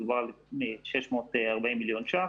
מדובר על 640 מיליון שקלים.